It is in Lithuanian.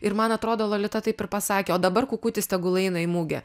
ir man atrodo lolita taip ir pasakė o dabar kukutis tegul eina į mugę